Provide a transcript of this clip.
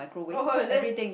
oh is it